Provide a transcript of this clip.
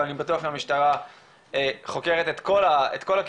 אבל אני בטוח שהמשטרה חוקרת את כל הכיוונים.